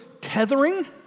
tethering